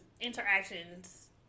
interactions